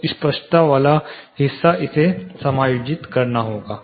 तो स्पष्टता वाला हिस्सा इसे समायोजित करना होगा